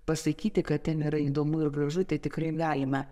pasakyti kad ten yra įdomu ir gražu tai tikrai galime